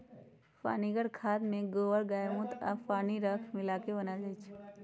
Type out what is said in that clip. पनीगर खाद में गोबर गायमुत्र आ पानी राख मिला क बनाएल जाइ छइ